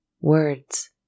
words